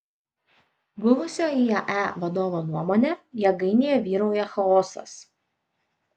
buvusio iae vadovo nuomone jėgainėje vyrauja chaosas